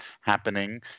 happening